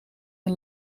een